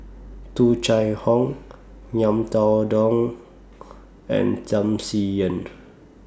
Tung Chye Hong Ngiam Tong Dow and Tham Sien Yen